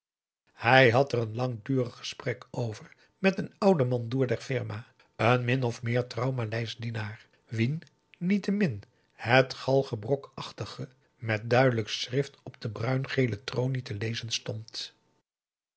hij had er een langdurig gesprek over met een ouden mandoer der firma een min of meer trouw maleisch dienaar wien niettemin het galgebrokachtige met duidelijk schrift op de bruingele tronie te lezen stond